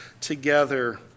together